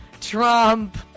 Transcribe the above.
Trump